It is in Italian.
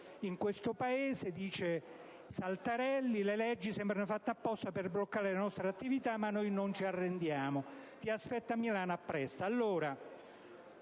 In questo Paese le leggi sembrano fatte apposta per bloccare le nostre attività ma noi non ci arrendiamo. Ti aspetto a Milano a presto».